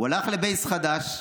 הוא הלך לבייס חדש,